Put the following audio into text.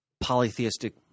polytheistic